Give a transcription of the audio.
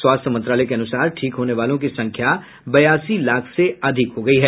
स्वास्थ्य मंत्रालय के अनुसार ठीक होने वालों की संख्या बयासी लाख से अधिक हो गई है